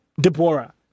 Deborah